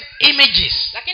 images